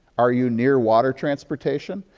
are you near water transportation?